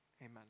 Amen